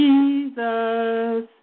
Jesus